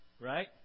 right